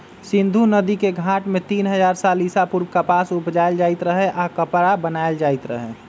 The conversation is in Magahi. सिंधु नदिके घाट में तीन हजार साल ईसा पूर्व कपास उपजायल जाइत रहै आऽ कपरा बनाएल जाइत रहै